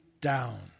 down